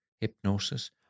hypnosis